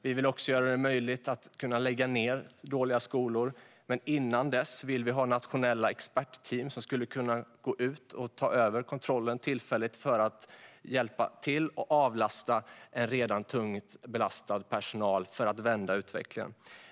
Vi vill också göra det möjligt att lägga ned dåliga skolor, men innan dess vill vi ha nationella expertteam som kan gå ut och tillfälligt ta över kontrollen för att hjälpa till och avlasta en redan tungt belastad personal för att vända utvecklingen.